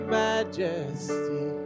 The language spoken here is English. majesty